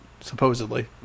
supposedly